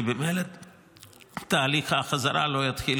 כי לדעתי ממילא תהליך החזרה לא יתחיל,